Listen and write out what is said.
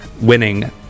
winning